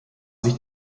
sich